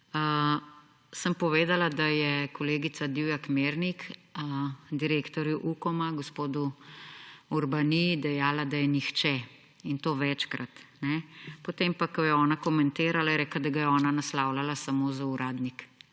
sem povedala, da je kolegica Divjak Mirnik direktorju Ukoma, gospodu Urbaniji dejala, da je nihče, in to večkrat. Potem pa, ko je ona komentirala, je rekla, da ga je ona naslavljala samo z uradnik.